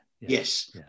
Yes